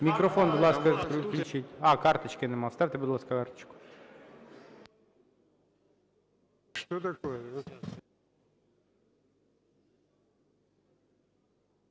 Мікрофон, будь ласка, включіть. А, карточки нема. Вставте, будь ласка, карточку.